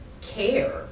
care